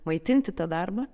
maitinti tą darbą